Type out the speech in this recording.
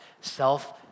self